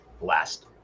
last